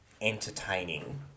entertaining